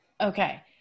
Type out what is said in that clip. okay